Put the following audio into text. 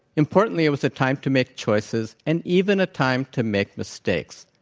importantly it was a time to make choices and even a time to make mistakes.